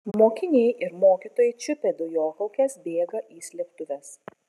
mokiniai ir mokytojai čiupę dujokaukes bėga į slėptuves